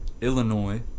Illinois